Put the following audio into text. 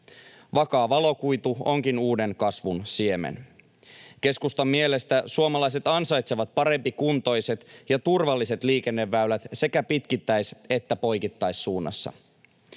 Vakaa valokuitu onkin uuden kasvun siemen. Keskustan mielestä suomalaiset ansaitsevat parempikuntoiset ja turvalliset liikenneväylät sekä pitkittäis‑ että poikittaissuunnassa.